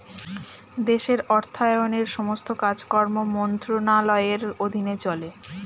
দেশের অর্থায়নের সমস্ত কাজকর্ম মন্ত্রণালয়ের অধীনে চলে